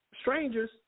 strangers